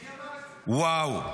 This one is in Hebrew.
וואו.